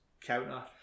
counter